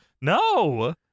No